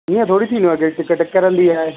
ईअं थोरी थींदो आहे की टिकट किरंदी आहे